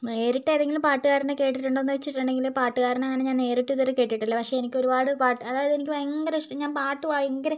നേരിട്ട് ഏതെങ്കിലും പാട്ടുകാരനെ കേട്ടിട്ടുണ്ടോന്ന് ചോദിച്ചിട്ടുണ്ടെങ്കിൽ പാട്ടുകാരനെ ഞാൻ നേരിട്ട് ഇതുവരെ കേട്ടിട്ടില്ല പക്ഷേ എനിക്ക് ഒരുപാട് പാട്ട് അതായത് എനിക്ക് ഭയങ്കര ഇഷ്ട ഞാൻ പാട്ടു ഭയങ്കര